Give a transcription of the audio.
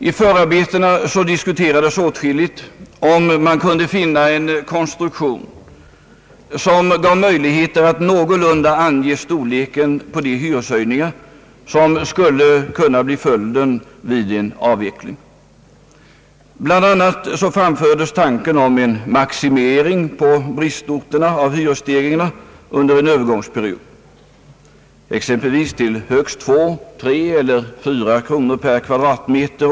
I förarbetena diskuterades åtskilligt, om man kunde finna en konstruktion som gav möjligheter att någorlunda ange storleken på de hyreshöjningar som skulle kunna bli följden vid en avveckling. Bl.a. framfördes tanken om en maximering av hyresstegringarna på bristorterna under en övergångsperiod, exempelvis till högst 2, 3 eller 4 kronor per m?